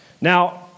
Now